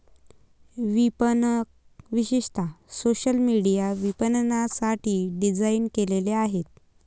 विपणक विशेषतः social media विपणनासाठी डिझाइन केलेले आहेत